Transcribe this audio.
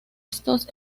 estos